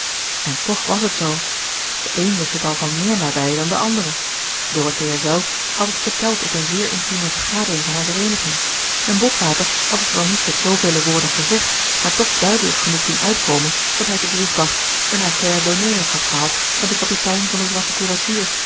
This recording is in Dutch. en toch het was zoo de een wist het al van meer nabij dan de andere dorothea zelve had het verteld op een zeer intieme vergadering van haar vereeniging en botwater had het wel niet met zoovele woorden gezegd maar toch duidelijk genoeg doen uitkomen dat hij te griesbach een affaire d'honneur had gehad met een kapitein van de zwarte